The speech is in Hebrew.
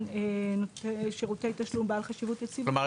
נותן שירותי תשלום בעל חשיבות יציבותית --- כלומר,